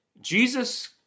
Jesus